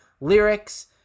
lyrics